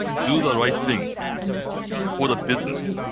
do the right thing for the business.